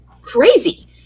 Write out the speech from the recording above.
crazy